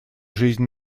жизнь